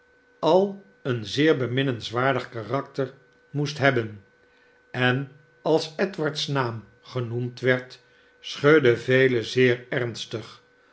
al een zeer beminnenswaardig karakter moest hebben en als edward's naam genoemd werd schudden velen zeer ernstig